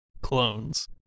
clones